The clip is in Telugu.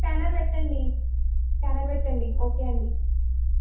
స్కానర్ పెట్టండి స్కానర్ పెట్టండి ఓకే అండి